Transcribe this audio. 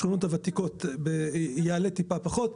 בשכונות הוותיקות זה יעלה טיפה פחות.